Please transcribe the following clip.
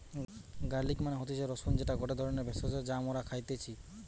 garlic মানে হতিছে রসুন যেটা গটে ধরণের ভেষজ যা মরা খাইতেছি